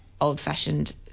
old-fashioned